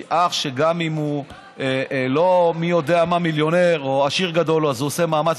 שגם אם הוא לא מי יודע מה מיליונר או עשיר גדול אז הוא עושה מאמץ,